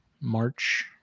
March